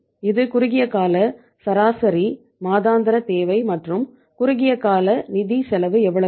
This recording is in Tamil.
இது குறுகிய கால சராசரி மாதாந்திர தேவை மற்றும் குறுகிய கால நிதி செலவு எவ்வளவு